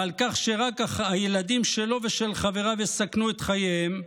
ועל כך שרק הילדים שלו ושל חבריו יסכנו את חייהם,